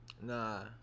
Nah